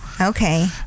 okay